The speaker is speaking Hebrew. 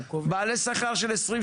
בעלי שכר של 20,